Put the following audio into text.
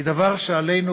היא דבר שעלינו,